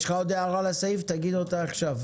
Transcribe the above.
יש הער לסעיף תגיד אותה עכשיו.